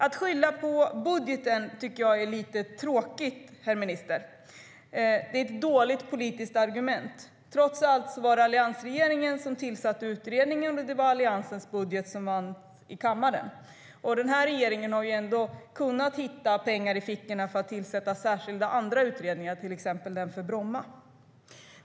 Att skylla på budgeten tycker jag är lite tråkigt, herr minister. Det är ett dåligt politiskt argument. Trots allt var det alliansregeringen som tillsatte utredningen och Alliansens budget som vann i kammaren. Den här regeringen har ändå kunnat hitta pengar i fickorna för att tillsätta andra särskilda utredningar, till exempel den om Bromma flygplats.